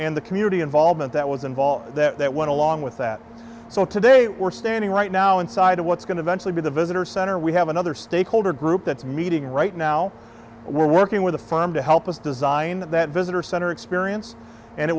and the community involvement that was involved that went along with that so today we're standing right now inside of what's going to eventually be the visitor center we have another stakeholder group that's meeting right now we're working with a firm to help us design that visitor center experience and it